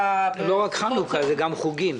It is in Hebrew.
זה לא רק חנוכה, זה גם חוגים.